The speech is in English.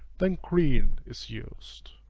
then green is used.